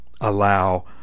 allow